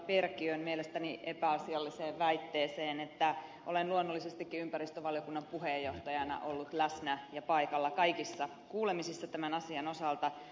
perkiön mielestäni epäasialliseen väitteeseen että olen luonnollisestikin ympäristövaliokunnan puheenjohtajana ollut läsnä ja paikalla kaikissa kuulemisissa tämän asian osalta